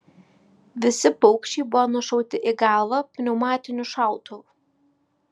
visi paukščiai buvo nušauti į galvą pneumatiniu šautuvu